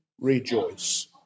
rejoice